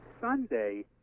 Sunday